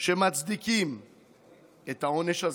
שמצדיקים את העונש הזה,